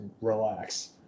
relax